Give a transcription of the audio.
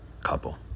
couple